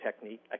technique